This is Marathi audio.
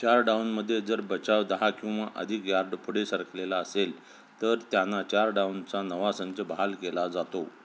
चार डाऊनमध्ये जर बचाव दहा किंवा अधिक यार्ड पुढे सरकलेला असेल तर त्यांना चार डाऊनचा नवा संच बाहाल केला जातो